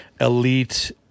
elite